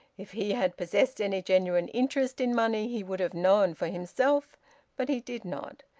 if he had possessed any genuine interest in money, he would have known for himself but he did not.